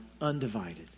undivided